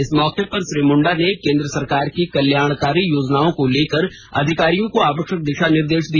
इस मौके पर श्री मुंडा ने केंद्र सरकार की कल्याणकारी योजनाओं को लेकर अधिकारियों को आवष्यक दिषा निर्देष दिया